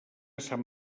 sant